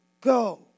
go